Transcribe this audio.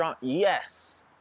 Yes